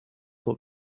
what